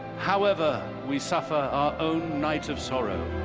however we suffer our own night of sorrow.